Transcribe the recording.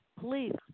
please